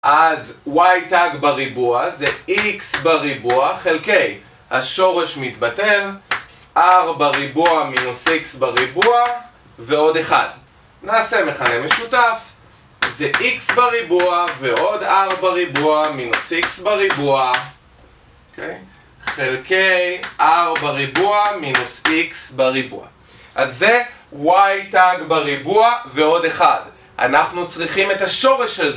אז y' בריבוע זה x בריבוע חלקי, השורש מתבטל, r בריבוע מינוס x בריבוע ועוד אחד. נעשה מכנה משותף, זה x בריבוע ועוד r בריבוע מינוס x בריבוע. חלקי r בריבוע מינוס x בריבוע, אז זה y' בריבוע ועוד אחד. אנחנו צריכים את השורש הזה